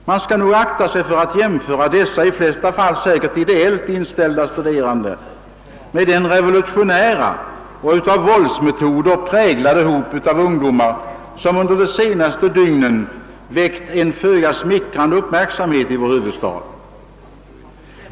Man bör nog akta sig för att jämföra dessa, i de flesta fall säkert ideellt inställda studerande, med den revolutionära och av våldsmetoder präglade hop av ungdomar, som under den senaste tiden väckt en föga smickrande uppmärksamhet i vår huvudstad.